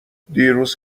دیروز